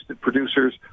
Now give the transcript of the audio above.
producers